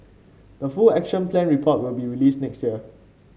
the full Action Plan report will be released next year